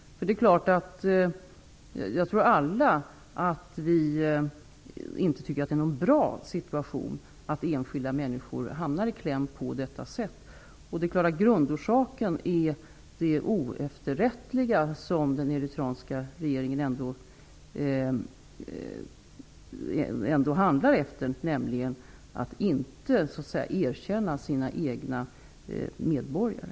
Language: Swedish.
Jag tror att vi alla tycker att det inte är en bra situation när enskilda människor hamnar i kläm på detta sätt. Grundorsaken är självfallet det oefterrättliga som den eritreanska regeringen handlar efter, nämligen att inte erkänna sina egna medborgare.